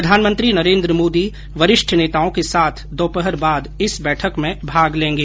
प्रधानमंत्री नरेन्द्र मोदी वरिष्ठ नेताओं के साथ दोपहर बाद इस बैठक में भाग लेंगे